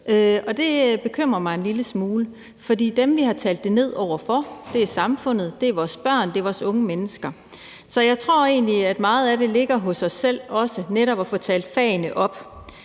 Det bekymrer mig en lille smule, for dem, vi har talt det ned over for, er vores børn og vores unge mennesker. Så jeg tror egentlig, at meget af det også ligger hos os selv, netop i forhold til at få talt fagene op.